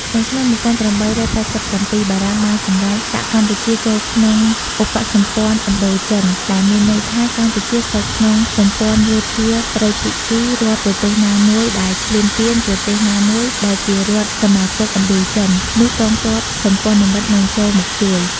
ក្នុងឆ្នាំ ១៨៨៧ បារាំងបានសំរេចដាក់កម្ពុជាចូលក្នុងឧបសម្ព័នឥណ្ឌូចិនដែលមានន័យថា កម្ពុជាស្ថិតក្នុងសម្ព័នយោធាត្រីភាគី រាល់ប្រទេសណាមួយដែលឈ្លានពាន ប្រទេសណាមួយដែលជារដ្ឋសមាជិកឥណ្ឌូចិន នោះកងទ័ពសម្ព័នមិត្តនិងចូលមកជួយ។